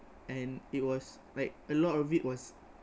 and it was like a lot of it was